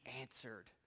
answered